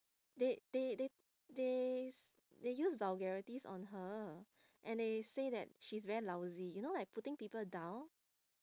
they they they they they use vulgarities on her and they say that she's very lousy you know like putting people down